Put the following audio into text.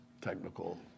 technical